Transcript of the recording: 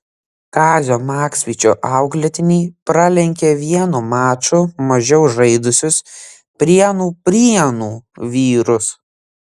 kazio maksvyčio auklėtiniai pralenkė vienu maču mažiau žaidusius prienų prienų vyrus